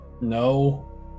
No